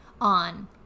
on